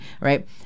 Right